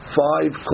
five